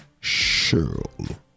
Cheryl